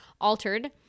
altered